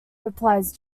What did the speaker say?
replies